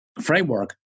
framework